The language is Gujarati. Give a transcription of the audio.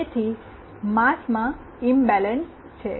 તેથી માસમાં ઈમબેલેન્સ છે